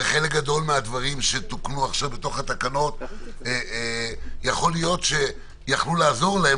וחלק גדול מהדברים שתוקנו כעת בתוך התקנות יכול להיות שיכלו לעזור להם